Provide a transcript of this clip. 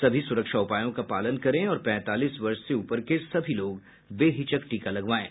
सभी सुरक्षा उपायों का पालन करें और पैंतालीस वर्ष से ऊपर के सभी लोग बेहिचक टीका लगवाएं